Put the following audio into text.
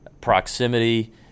proximity